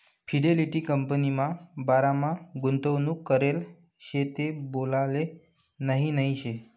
Fidelity कंपनीमा बारामा गुंतवणूक करेल शे ते बोलाले नही नही शे